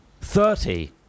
thirty